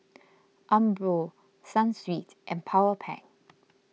Umbro Sunsweet and Powerpac